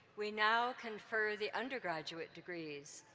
we now confer the undergraduate degrees.